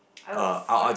I would fir~